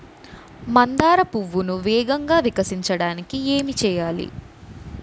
మందార పువ్వును వేగంగా వికసించడానికి ఏం చేయాలి?